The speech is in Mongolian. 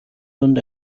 дунд